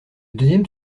deuxième